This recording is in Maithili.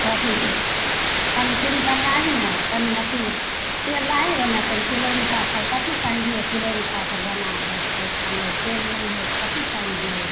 अथी तनी पूड़ी पकाही नहि तनी अथी तेल लाही गे नहि कनी तेलौन पापड़ कथी से आनि दिऔ तिलौड़ी पापड़ बना देतय छनबै तेल नहि हइ तऽ कथी से आनि दिऔ